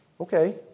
Okay